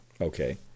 Okay